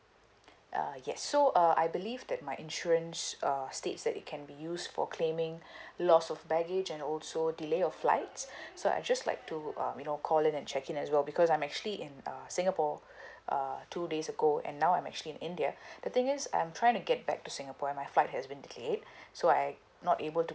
uh yes so uh I believe that my insurance uh states that it can be used for claiming loss of baggage and also delay of flight so I just like to um you know calling and checking as well because I'm actually in uh singapore uh two days ago and now I'm actually in india the thing is I'm trying to get back to singapore and my flight has been delayed so I not able to